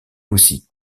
aussi